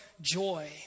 joy